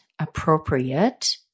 appropriate